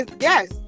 Yes